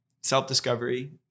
self-discovery